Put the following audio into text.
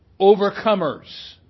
overcomers